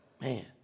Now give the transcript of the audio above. man